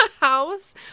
house